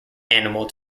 animal